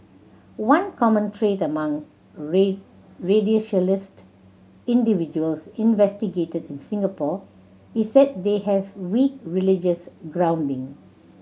one common trait among radicalised individuals investigated in Singapore is that they have weak religious grounding